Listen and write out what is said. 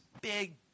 big